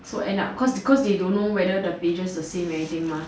so end up cause they don't know whether the pages the same or anything mah